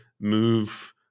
move